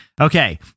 Okay